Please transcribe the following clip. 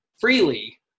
freely